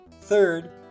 Third